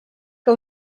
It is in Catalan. que